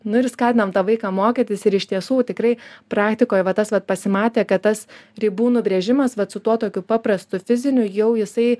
nu ir skatinam tą vaiką mokytis ir iš tiesų tikrai praktikoj va tas vat pasimatė kad tas ribų nubrėžimas vat su tuo tokiu paprastu fiziniu jau jisai